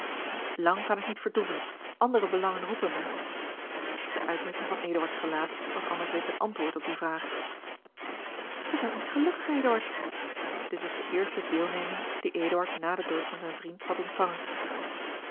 lang kan ik niet vertoeven andere belangen roepen mij de uitdrukking van eduards gelaat was anders reeds een antwoord op die vraag ge zijt niet gelukkig eduard dit was de eerste deelneming die eduard na den dood van zijn vriend had ontvangen